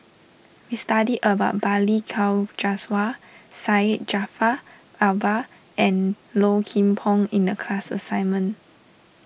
we study about Balli Kaur Jaswal Syed Jaafar Albar and Low Kim Pong in the class assignment